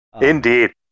Indeed